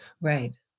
Right